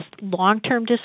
long-term